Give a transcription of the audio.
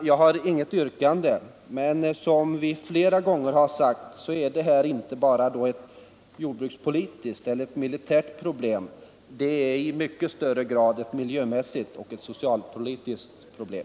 Jag har inget yrkande, men jag vill peka på att det här, som vi flera gånger har sagt, inte bara är ett jordbrukspolitiskt eller militärt problem; det är i mycket högre grad ett miljömässigt och socialpolitiskt problem.